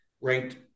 ranked